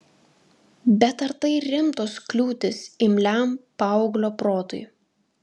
bet ar tai rimtos kliūtys imliam paauglio protui